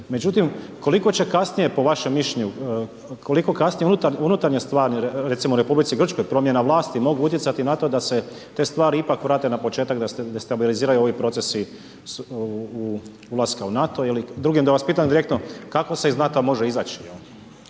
međutim, koliko će kasnije po vašem mišljenju, koliko kasne unutarnje stvari, recimo u R. Grčkoj, promjena vlasti mogu utjecati na to da se te stvari ipak vrate na početak da se destabiliziraju ovi procesi ulaska u NATO ili da vas pitam direktno, kako se iz NATO-a može izaći?